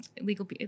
legal